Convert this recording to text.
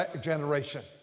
generation